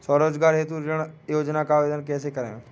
स्वरोजगार हेतु ऋण योजना का आवेदन कैसे करें?